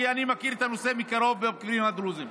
כי אני מכיר את הנושא מקרוב בכפרים הדרוזיים: